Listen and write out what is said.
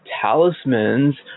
talismans